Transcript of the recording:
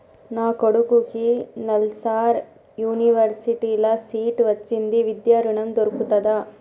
నా కొడుకుకి నల్సార్ యూనివర్సిటీ ల సీట్ వచ్చింది విద్య ఋణం దొర్కుతదా?